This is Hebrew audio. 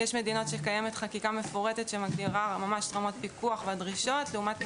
יש מדינות שקיימת חקיקה מפורטת שמבהירה רמת פיקוח ודרישות שונות,